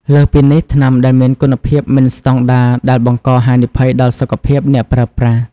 លើសពីនេះ ថ្នាំដែលមានគុណភាពមិនស្តង់ដារ ដែលបង្កហានិភ័យដល់សុខភាពអ្នកប្រើប្រាស់។